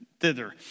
thither